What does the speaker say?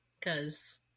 Cause